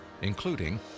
including